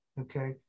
okay